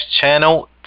channel